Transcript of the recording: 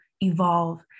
evolve